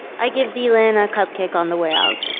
i give deilin a cupcake on the way out,